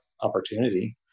opportunity